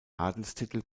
adelstitel